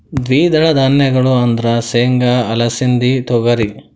ದ್ವಿದಳ ಧಾನ್ಯಗಳು ಅಂದ್ರ ಸೇಂಗಾ, ಅಲಸಿಂದಿ, ತೊಗರಿ